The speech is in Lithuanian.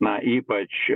na ypač